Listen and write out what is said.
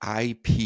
IP